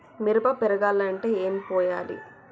మిరప పెరగాలంటే ఏం పోయాలి?